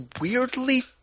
weirdly